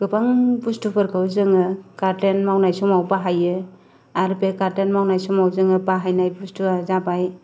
गोबां बुस्तुफोरखौ जोङो गार्देन मावनाय समाव बाहायो आर बे गार्देन मावनाय समाव जोङो बाहायनाय बुस्तुवा जाबाय